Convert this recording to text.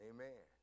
Amen